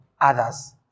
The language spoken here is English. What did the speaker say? others